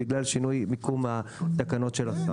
בגלל שינוי מיקום התקנות של השר.